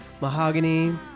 mahogany